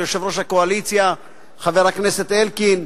ליושב-ראש הקואליציה חבר הכנסת אלקין,